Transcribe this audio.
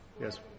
Yes